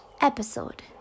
episode